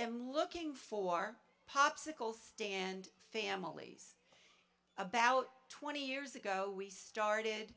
am looking for a popsicle stand families about twenty years ago we started